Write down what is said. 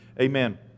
Amen